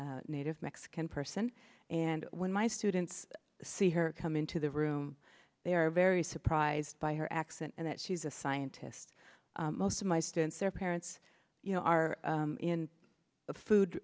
of mexican person and when my students see her come into the room they are very surprised by her accent and that she's a scientist most of my students their parents you know are in the food